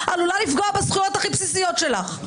עלולה לפגוע בזכויות הכי בסיסיות שלך.